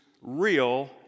real